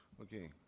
Okay